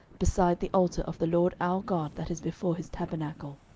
beside the altar of the lord our god that is before his tabernacle.